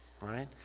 right